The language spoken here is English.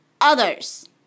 others